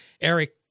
Eric